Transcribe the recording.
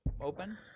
open